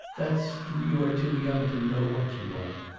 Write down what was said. that's you are too young to know what you want.